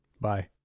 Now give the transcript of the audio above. Bye